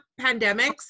pandemics